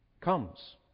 comes